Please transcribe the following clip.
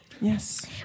Yes